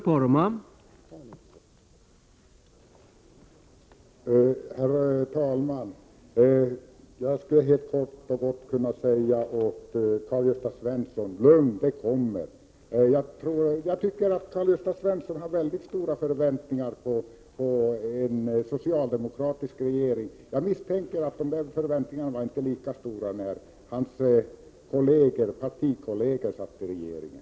Herr talman! Jag skulle helt kort vilja säga till Karl-Gösta Svenson: Var lugn — förslaget kommer! Jag tycker att Karl-Gösta Svenson har väldigt stora förväntningar på en socialdemokratisk regering. Jag misstänker att förväntningarna inte var lika stora när hans partikolleger satt i regeringen.